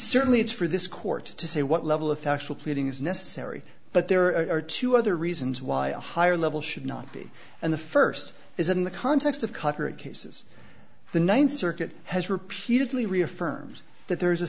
certainly it's for this court to say what level of factual pleading is necessary but there are two other reasons why a higher level should not be in the first is in the context of coverage cases the ninth circuit has repeatedly reaffirms that there is a